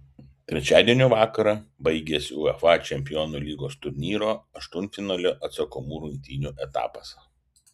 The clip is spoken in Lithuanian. trečiadienio vakarą baigėsi uefa čempionų lygos turnyro aštuntfinalio atsakomų rungtynių etapas